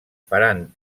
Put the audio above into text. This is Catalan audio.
faran